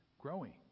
growing